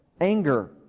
anger